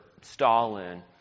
Stalin